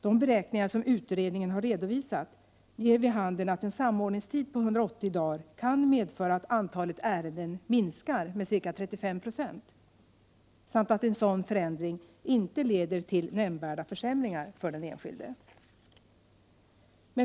De beräkningar som utredningen har redovisat ger vid handen att en samordningstid på 180 dagar kan medföra att antalet ärenden minskar med ca 35 90 samt att en sådan förändring inte leder till nämnvärda försämringar för den enskilda.